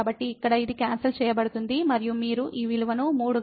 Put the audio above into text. కాబట్టి ఇక్కడ ఇది క్యాన్సల్ చేయబడుతుంది మరియు మీరు ఈ విలువను 3 గా పొందుతారు